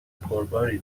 پرباری